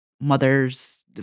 mother's